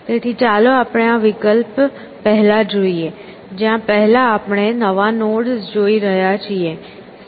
તેથી ચાલો આપણે આ વિકલ્પ પહેલા લઈએ જ્યાં પહેલા આપણે નવા નોડ્સ જોઈ રહ્યા છીએ